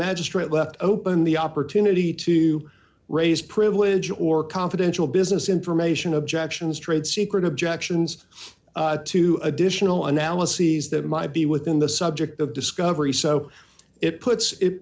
magistrate left open the opportunity to raise privilege or confidential business information objections trade secret objections to additional analyses that might be within the subject of discovery so it puts it